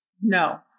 no